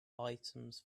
items